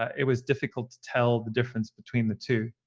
it was difficult to tell the difference between the two.